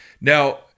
Now